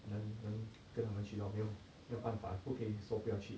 能能跟他们去 lor bo 没有办法不可以说不要去